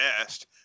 best